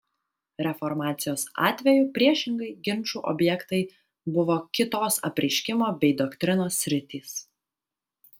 reformacijos atveju priešingai ginčų objektai buvo kitos apreiškimo bei doktrinos sritys